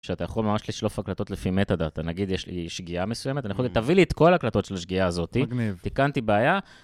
כשאתה יכול ממש לשלוף הקלטות לפי מתא דאטה, נגיד יש לי שגיאה מסוימת, אתה יכול... תביא לי את כל הקלטות של השגיאה הזאתי. מגניב. תיקנתי בעיה.